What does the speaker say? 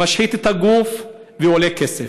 הוא משחית את הגוף והוא עולה כסף.